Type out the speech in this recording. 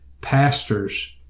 pastors